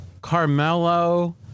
Carmelo